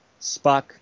Spock